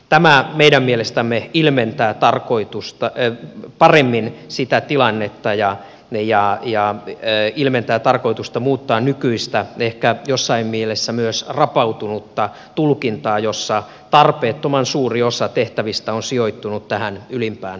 tämä meidän mielestämme ilmentää paremmin sitä tilannetta ja ilmentää tarkoitusta muuttaa nykyistä ehkä jossain mielessä myös rapautunutta tulkintaa jossa tarpeettoman suuri osa tehtävistä on sijoittunut tähän ylimpään vaativuusluokkaan